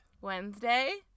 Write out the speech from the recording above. Wednesday